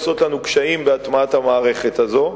עושות לנו קשיים בהטמעת המערכת הזאת.